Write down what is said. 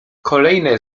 kolejne